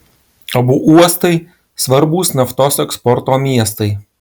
abu uostai svarbūs naftos eksporto miestai